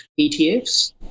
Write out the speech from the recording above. ETFs